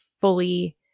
fully